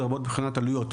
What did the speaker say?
לרבות מבחינת עלויות.